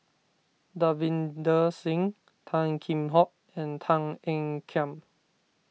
Davinder Singh Tan Kheam Hock and Tan Ean Kiam